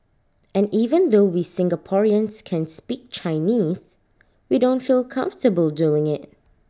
and even though we Singaporeans can speak Chinese we don't feel comfortable doing IT